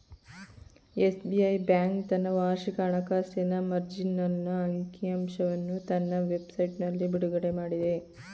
SBI bank ತನ್ನ ವಾರ್ಷಿಕ ಹಣಕಾಸಿನ ಮಾರ್ಜಿನಲ್ ಅಂಕಿ ಅಂಶವನ್ನು ತನ್ನ ವೆಬ್ ಸೈಟ್ನಲ್ಲಿ ಬಿಡುಗಡೆಮಾಡಿದೆ